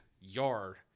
yard